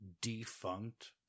defunct